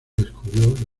descubrió